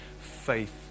faith